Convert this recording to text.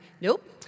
Nope